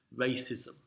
racism